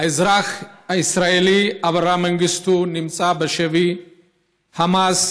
האזרח הישראלי אברה מנגיסטו נמצא בשבי חמאס